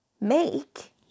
make